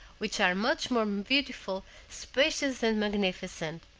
which are much more beautiful, spacious, and magnificent?